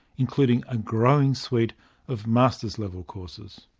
including a growing suite of masters-level courses.